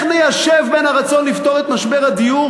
איך ניישב בין הרצון לפתור את משבר הדיור